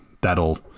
that'll